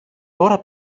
τώρα